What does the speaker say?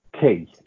key